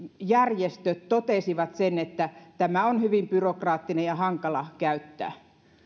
järjestöt totesivat että tämä on hyvin byrokraattinen ja hankala käyttää